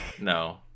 No